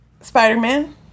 Spider-Man